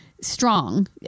Strong